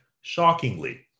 shockingly